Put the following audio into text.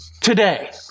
today